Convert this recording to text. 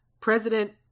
president